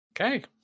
Okay